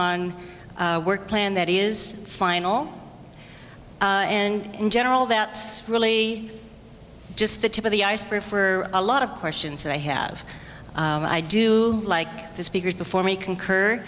on work plan that is final and in general that really just the tip of the iceberg for a lot of questions that i have i do like the speakers before me concur